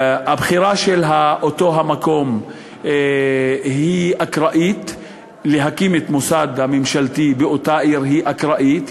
הבחירה של אותו מקום להקמת המוסד הממשלתי בו היא אקראית.